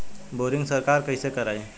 Boring सरकार कईसे करायी?